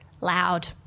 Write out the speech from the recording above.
loud